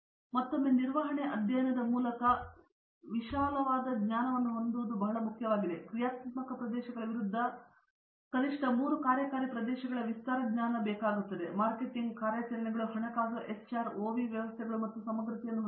ಈಗ ಮತ್ತೊಮ್ಮೆ ನಿರ್ವಹಣೆ ಅಧ್ಯಯನದ ಮೂಲಕ ವಿಶಾಲವಾದ ಜ್ಞಾನವನ್ನು ಹೊಂದಲು ಬಹಳ ಮುಖ್ಯವಾಗಿದೆ ಕ್ರಿಯಾತ್ಮಕ ಪ್ರದೇಶಗಳ ವಿರುದ್ಧ ಕನಿಷ್ಠ ಮೂರು ಕಾರ್ಯಕಾರಿ ಪ್ರದೇಶಗಳ ವಿಸ್ತಾರ ಜ್ಞಾನವು ಮಾರ್ಕೆಟಿಂಗ್ ಕಾರ್ಯಾಚರಣೆಗಳು ಹಣಕಾಸು HR OV ವ್ಯವಸ್ಥೆಗಳು ಮತ್ತು ಸಮಗ್ರತೆಯನ್ನು ಹೊಂದಿದೆ